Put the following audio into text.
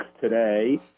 today